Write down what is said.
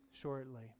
shortly